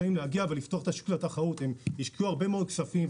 שנים להגיע ולפתוח את השוק לתחרות והשקיעו הרבה מאוד כספים..